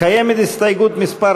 קיימת הסתייגות מס'